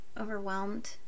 overwhelmed